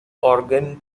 organ